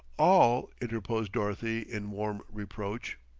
all, interposed dorothy in warm reproach,